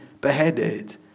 beheaded